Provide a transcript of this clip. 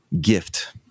gift